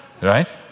right